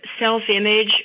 self-image